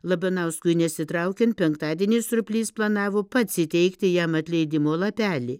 labanauskui nesitraukiant penktadienį surplys planavo pats įteikti jam atleidimo lapelį